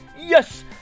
Yes